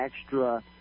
extra